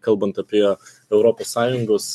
kalbant apie europos sąjungos